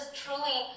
truly